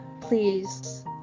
Please